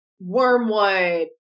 Wormwood